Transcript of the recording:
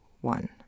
one